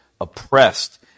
oppressed